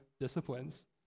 disciplines